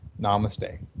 Namaste